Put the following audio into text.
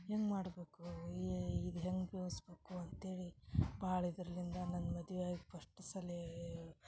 ಹೆಂಗ್ ಮಾಡಬೇಕೂ ಇದು ಹೆಂಗ್ ಅಂತೇಳಿ ಭಾಳ್ ಇದರ್ಲಿಂದ ನನ್ಗ ಮದುವೆ ಆಗಿ ಫಸ್ಟ್ ಸಲೀ